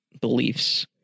beliefs